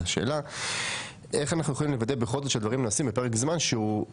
השאלה איך אנחנו יכולים בכל זאת לוודא שדברים נעשים בפרק זמן סביר?